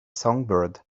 songbird